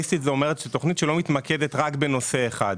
תוכנית שלא מתמקדת רק בנושא אחד.